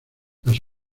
las